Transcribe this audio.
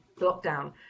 lockdown